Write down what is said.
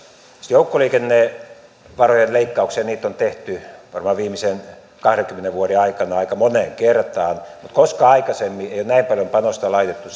joukkoliikennevarojen leikkauksia on tehty varmaan viimeisen kahdenkymmenen vuoden aikana aika moneen kertaan mutta koskaan aikaisemmin ei ole näin paljon panosta laitettu